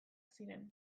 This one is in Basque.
ziren